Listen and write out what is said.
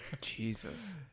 Jesus